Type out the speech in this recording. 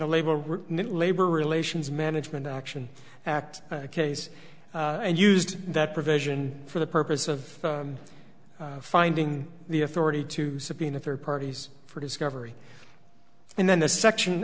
the labor labor relations management action act case and used that provision for the purpose of finding the authority to subpoena third parties for discovery and then the section